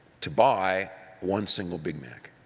to buy one single big mac.